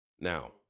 Now